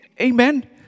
Amen